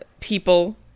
people